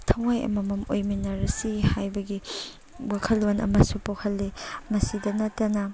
ꯊꯋꯥꯏ ꯑꯃꯃꯝ ꯑꯣꯏꯃꯤꯟꯅꯔꯁꯤ ꯍꯥꯏꯕꯒꯤ ꯋꯥꯈꯜꯂꯣꯟ ꯑꯃꯁꯨ ꯄꯣꯛꯍꯜꯂꯤ ꯃꯁꯤꯗ ꯅꯠꯇꯅ